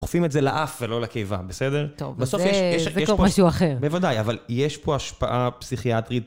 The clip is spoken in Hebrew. הוכפים את זה לאף ולא לקיבה, בסדר? טוב, אבל זה קורה משהו אחר. בוודאי, אבל יש פה השפעה פסיכיאטרית.